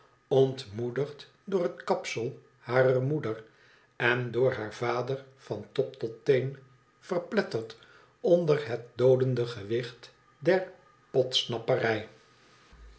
ontmoedigd door het kapsel harer moeder en door haar vader van top tot teen verpletterd onder het doodende gewicht der